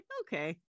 okay